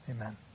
Amen